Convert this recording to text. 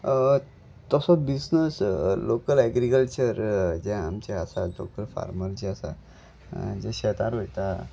तसो business local agriculture जे आमचे आसा लोकल फार्मर जे आसा जे शेतान वयता